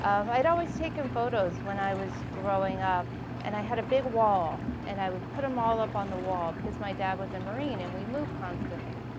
um i'd always taken photos when i was growing up and i had a big wall and i would put em all up on the wall because my dad was a and marine and we moved constantly.